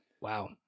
Wow